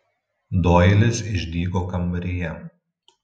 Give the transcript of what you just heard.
doilis išdygo kambaryje